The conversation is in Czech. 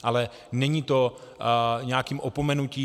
Ale není to nějakým opomenutím.